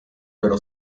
però